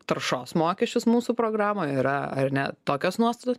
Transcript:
taršos mokesčius mūsų programoje yra ar ne tokios nuostatos